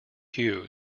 hue